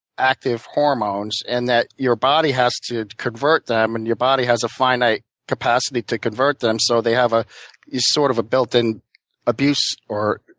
active hormones, and that your body has to convert them, and your body has a finite capacity to convert them, so they have ah sort of a built-in abuse or